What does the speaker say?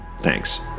Thanks